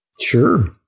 Sure